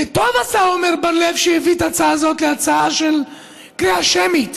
וטוב עשה עמר בר-לב שהביא את ההצעה הזאת להצבעה בקריאה שמית,